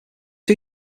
two